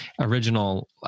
original